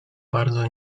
bardzo